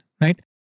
right